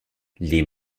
les